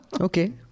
Okay